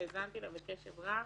שהאזנתי לה בקשב רב,